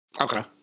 Okay